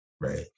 right